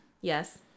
Yes